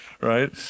right